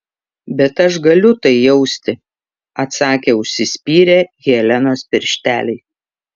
bet aš galiu tai jausti atsakė užsispyrę helenos piršteliai